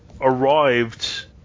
arrived